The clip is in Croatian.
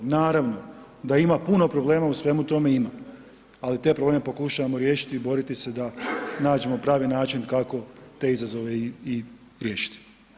Naravno da ima puno problema u svemu tome, ima, ali te probleme pokušavamo riješiti i boriti se da nađemo pravi način kako te izazove i riješiti.